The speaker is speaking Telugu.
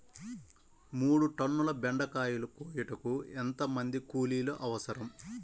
మూడు టన్నుల బెండకాయలు కోయుటకు ఎంత మంది కూలీలు అవసరం?